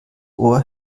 ohr